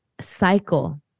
cycle